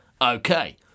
Okay